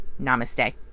namaste